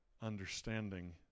understanding